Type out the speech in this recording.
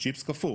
צ'יפס קפוא.